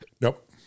Nope